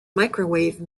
microwave